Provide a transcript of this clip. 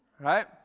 right